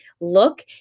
look